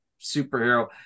superhero